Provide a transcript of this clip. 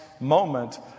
moment